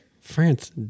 France